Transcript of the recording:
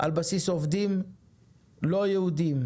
על בסיס עובדים לא יהודים.